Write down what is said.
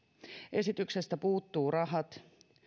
esityksestä puuttuvat rahat